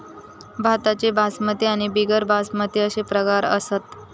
भाताचे बासमती आणि बिगर बासमती अशे प्रकार असत